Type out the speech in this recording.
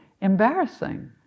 embarrassing